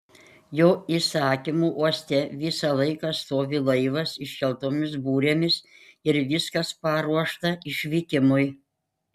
jo įsakymu uoste visą laiką stovi laivas iškeltomis burėmis ir viskas paruošta išvykimui